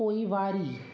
पोइवारी